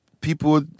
people